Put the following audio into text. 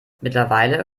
mittlerweile